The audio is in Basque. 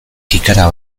kikara